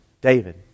David